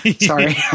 Sorry